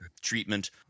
treatment